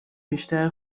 بیشتر